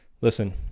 listen